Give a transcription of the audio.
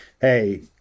Hey